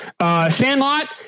Sandlot